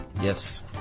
Yes